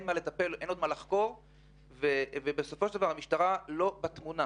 מה לחקור ובסופו של דבר המשטרה יוצאת מהתמונה